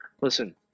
listen